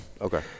Okay